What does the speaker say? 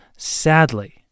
Sadly